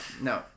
No